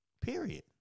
period